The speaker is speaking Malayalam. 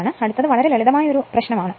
അതിനാൽ ഇതൊരു ലളിതമായ പ്രശ്നമാണ്